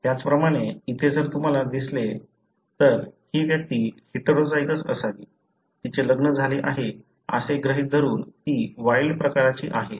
त्याचप्रमाणे इथे जर तुम्हाला दिसले तर हि व्यक्ती हेटेरोझायगस असावी तिचे लग्न झाले आहे असे गृहीत धरून ती वाइल्ड प्रकारची आहे